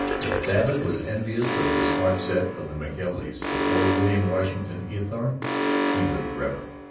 if babbitt was envious of the smart set of the mckelveys, before william washington eathorne he was reverent.